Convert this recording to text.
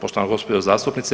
Poštovana gospođo zastupnice.